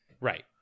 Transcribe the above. right